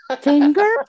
Finger